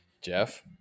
Jeff